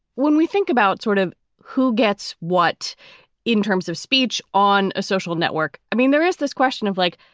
when we think about sort of who gets what in terms of speech on a social network. i mean, there is this question of like,